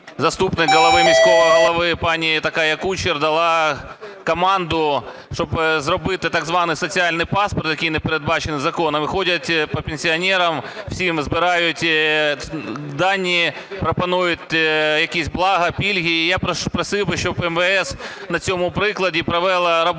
заступник міського голови пані Кучер дала команду, щоб зробити так званий "соціальний паспорт", який не передбачений законом. І ходять по пенсіонерам всім і збирають дані, пропонують якісь блага, пільги. І я просив би, щоби МВС на цьому прикладі провело роботу